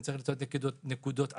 אני אצטרך למצוא נקודות עגינה,